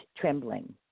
Trembling